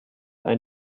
ein